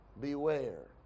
Beware